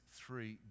three